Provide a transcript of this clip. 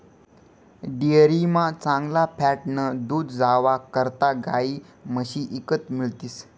डेअरीमा चांगला फॅटनं दूध जावा करता गायी म्हशी ईकत मिळतीस